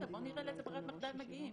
בוא נראה לאיזו ברירת מחדל מגיעים,